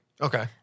Okay